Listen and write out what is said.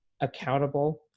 accountable